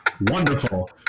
Wonderful